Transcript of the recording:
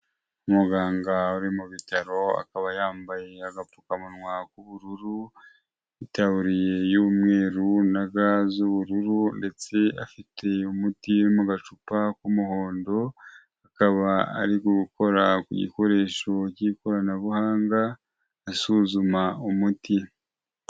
Umuganga uri mu bitaro akaba yambaye agapfukamunwa k'ubururu, itaburiya y'umweru na ga z'ubururu ndetse afite umuti mu gacupa k'umuhondo, akaba ari gukora ku gikoresho cy'ikoranabuhanga asuzuma umuti.